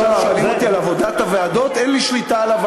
מתי זה יגיע?